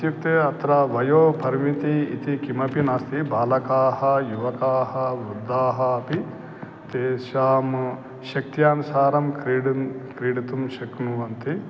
इत्युक्ते अत्र वयो परिमितिः इति किमपि नास्ति बालकाः युवकाः वृद्धाः अपि तेषां शक्त्यानुसारं क्रीडन् क्रीडितुं शक्नुवन्ति